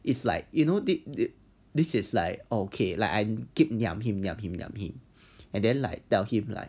it's like you know did it this is like okay like I keep niam him niam him niam him and then like tell him like